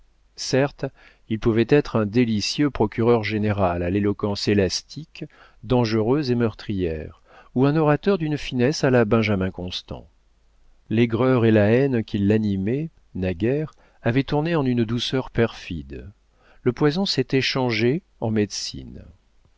certes il pouvait être un délicieux procureur-général à l'éloquence élastique dangereuse et meurtrière ou un orateur d'une finesse à la benjamin constant l'aigreur et la haine qui l'animaient naguère avaient tourné en une douceur perfide le poison s'était changé en médecine